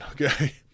Okay